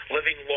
Living